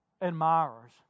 admirers